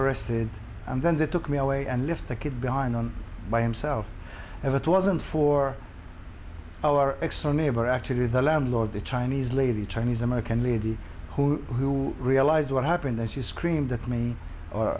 a rested and then they took me away and left the kid behind them by himself if it wasn't for our ex our neighbor actually the landlord the chinese lady chinese american lady who realized what happened that she screamed at me or